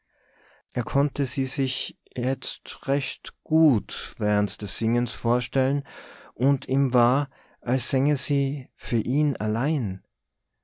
er konnte sie sich jetzt recht gut während des singens vorstellen und ihm war als sänge sie für ihn allein